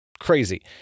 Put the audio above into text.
Crazy